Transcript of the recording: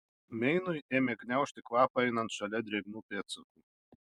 meinui ėmė gniaužti kvapą einant šalia drėgnų pėdsakų